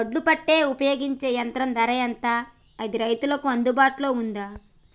ఒడ్లు పెట్టే ఉపయోగించే యంత్రం ధర ఎంత అది రైతులకు అందుబాటులో ఉందా?